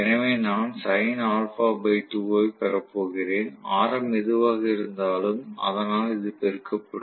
எனவே நான் ஐப் பெறப் போகிறேன் ஆரம் எதுவாக இருந்தாலும் அதனால் இது பெருக்கப்படும்